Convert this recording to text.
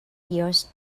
yours